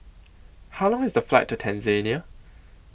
How Long IS The Flight to Tanzania